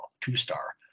two-star